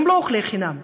והם לא אוכלי חינם.